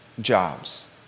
jobs